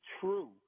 true